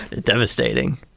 Devastating